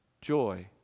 Joy